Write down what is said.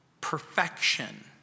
perfection